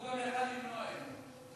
והוא גם היה יכול למנוע את זה.